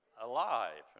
alive